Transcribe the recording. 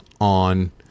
on